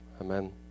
Amen